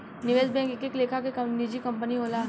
निवेश बैंक एक एक लेखा के निजी कंपनी होला